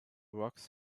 rocks